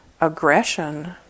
aggression